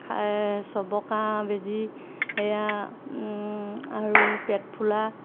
চবকা বেজি সেয়া আৰু পেটফুলা